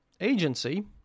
agency